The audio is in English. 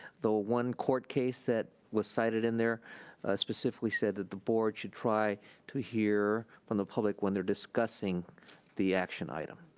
the one court case that was cited in there specifically said that the board should try to hear from the public when they're discussing the action item.